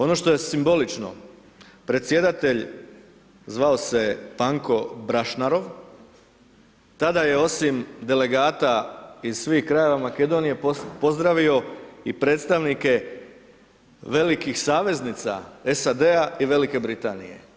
Ono što je simbolično predsjedatelj, zvao se Panko Brashnarov, tada je osim delegata iz svih krajeva Makedonije pozdravio i predstavnike velikih saveznica SAD-a i Velike Britanije.